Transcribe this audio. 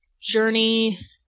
journey